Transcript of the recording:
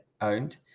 owned